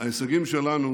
ההישגים שלנו